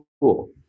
cool